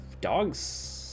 dogs